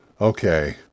okay